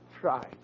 Try